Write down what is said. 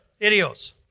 idios